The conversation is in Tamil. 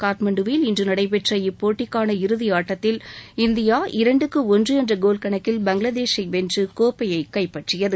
காட்மாண்டுவில் இன்று நடைபெற்ற இப்போட்டிக்கான இறதியாட்டத்தில் இந்தியா இரன்டுக்கு ஒன்று என்ற கோல்கணக்கில் பங்களாதேஷை வென்று கோப்பையை கைப்பற்றியது